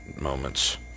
moments